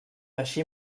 així